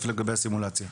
את הסימולציה?